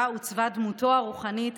בה עוצבה דמותו הרוחנית,